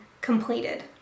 completed